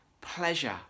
pleasure